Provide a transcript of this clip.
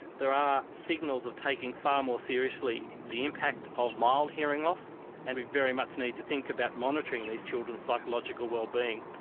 there are signals of taking far more seriously the impact of mild hearing loss and we very much need to think about monitoring these children's psychological wellbeing.